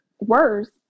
worse